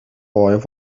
boy